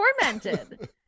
tormented